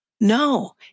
No